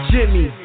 Jimmy